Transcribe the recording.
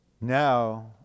Now